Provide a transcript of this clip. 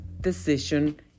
decision